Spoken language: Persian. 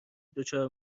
دچار